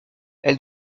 elle